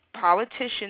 politicians